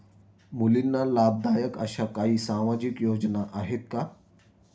मुलींना लाभदायक अशा काही सामाजिक योजना आहेत का?